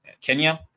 Kenya